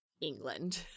England